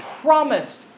promised